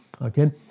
Okay